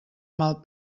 mal